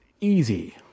easy